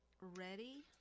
Ready